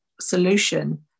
solution